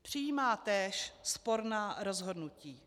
Přijímá též sporná rozhodnutí.